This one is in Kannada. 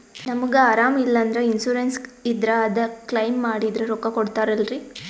ನಮಗ ಅರಾಮ ಇಲ್ಲಂದ್ರ ಇನ್ಸೂರೆನ್ಸ್ ಇದ್ರ ಅದು ಕ್ಲೈಮ ಮಾಡಿದ್ರ ರೊಕ್ಕ ಕೊಡ್ತಾರಲ್ರಿ?